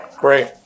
Great